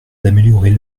d’améliorer